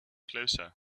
closer